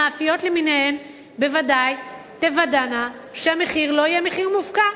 המאפיות למיניהן בוודאי תוודאנה שהמחיר לא יהיה מחיר מופקע.